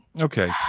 Okay